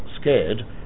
scared